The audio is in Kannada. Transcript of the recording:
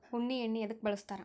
ಉಣ್ಣಿ ಎಣ್ಣಿ ಎದ್ಕ ಬಳಸ್ತಾರ್?